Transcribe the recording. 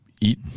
eat